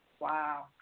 Wow